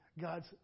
God's